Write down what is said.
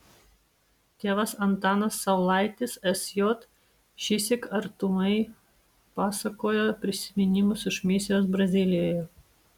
tėvas antanas saulaitis sj šįsyk artumai pasakoja prisiminimus iš misijos brazilijoje